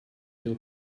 feel